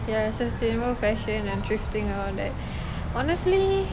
ya sustainable fashion and thrifting and all that honestly